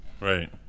Right